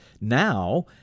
now